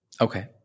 Okay